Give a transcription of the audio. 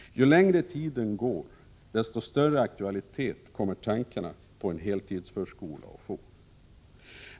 Ju längre tiden går, desto större aktualitet kommer tankarna på en heltidsförskola att få.